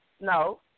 No